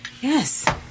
Yes